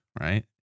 right